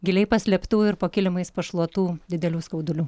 giliai paslėptų ir po kilimais pašluotų didelių skaudulių